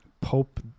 Pope